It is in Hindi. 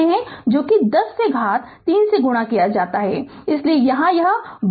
तो १० से घात ३ से गुणा किया जाता है इसलिए यहाँ यह बहु dt है